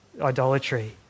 idolatry